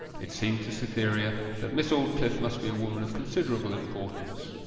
it seemed to cytherea that miss aldclyffe must be a woman of considerable importance.